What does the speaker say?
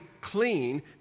clean